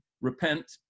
repent